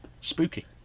Spooky